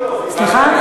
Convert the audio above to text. סליחה?